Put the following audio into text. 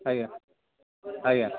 ଆଜ୍ଞା ଆଜ୍ଞା